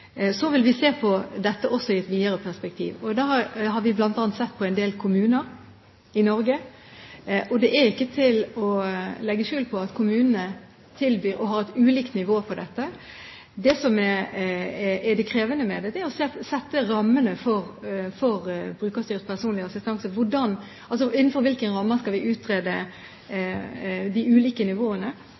Så vil vi se på dette i et videre perspektiv. Vi har bl.a. sett på en del kommuner i Norge, og det er ikke til å legge skjul på at kommunene har ulike tilbud og ulikt nivå på dette. Det som er det krevende med det, er å sette rammene for brukerstyrt personlig assistanse – altså innenfor hvilke rammer vi skal utrede de ulike nivåene.